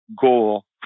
goal